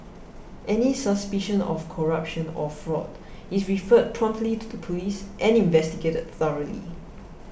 any suspicion of corruption or fraud is referred promptly to the Police and investigated thoroughly